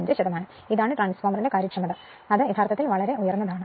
അതിനാൽ ഇതാണ് ട്രാൻസ്ഫോർമറിന്റെ കാര്യക്ഷമത അത് യഥാർത്ഥത്തിൽ വളരെ ഉയർന്നതാണ്